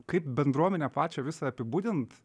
kaip bendruomenę pačią visą apibūdint